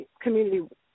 community